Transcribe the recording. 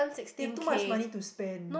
they have too much money to spend